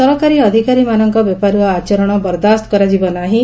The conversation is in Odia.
ସରକାରୀ ଅଧିକାରୀମାନଙ୍କ ବେପରୁଆ ଆଚରଣ ବରଦାସ୍ତ କରାଯିବ ନାହିଁ